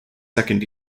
second